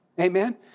Amen